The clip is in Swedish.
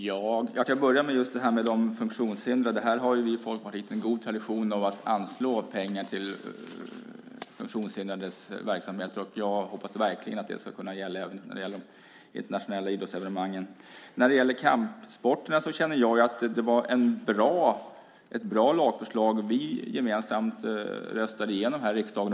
Herr talman! När det gäller de funktionshindrade har vi i Folkpartiet en god tradition av att anslå pengar till deras verksamhet. Jag hoppas verkligen att det gäller även de internationella idrottsevenemangen. När det gäller kampsporterna känner jag att det var ett bra lagförslag som vi förra mandatperioden gemensamt röstade igenom här i riksdagen.